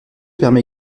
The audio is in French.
permet